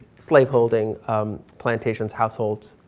slave holding plantations, households.